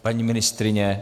Paní ministryně?